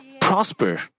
prosper